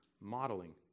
modeling